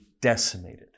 decimated